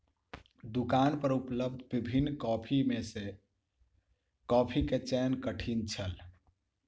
दुकान पर उपलब्ध विभिन्न कॉफ़ी में सॅ कॉफ़ी के चयन कठिन छल